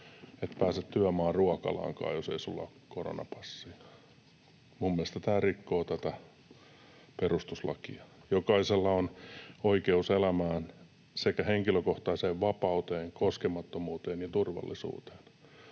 et pääse työmaaruokalaankaan, jos ei sinulla ole koronapassia. Minun mielestäni tämä rikkoo perustuslakia. ”Jokaisella on oikeus elämään sekä henkilökohtaiseen vapauteen, koskemattomuuteen ja turvallisuuteen.”